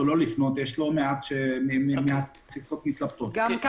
יש לא מעט שמהססות ומתלבטות אם לפנות או לא לפנות.